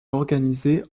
réorganisé